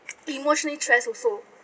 emotionally stress also